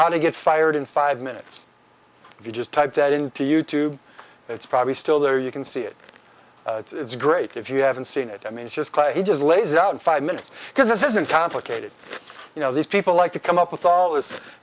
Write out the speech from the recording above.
how to get fired in five minutes if you just type that into you tube it's probably still there you can see it it's great if you haven't seen it i mean it's just it just lays out in five minutes because this isn't complicated you know these people like to come up with all this